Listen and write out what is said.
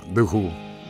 the who